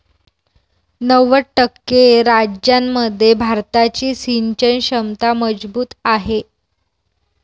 नव्वद टक्के राज्यांमध्ये भारताची सिंचन क्षमता मजबूत आहे